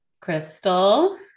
Crystal